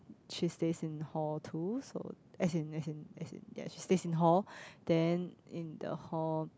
she stays in hall too so as in as in as in yes she stays in hall then in the hall